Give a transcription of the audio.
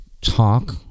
talk